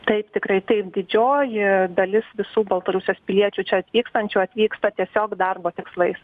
taip tikrai taip didžioji dalis visų baltarusijos piliečių čia atvykstančių atvyksta tiesiog darbo tikslais